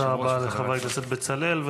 תודה לחבר הכנסת בצלאל.